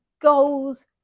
goals